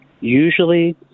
usually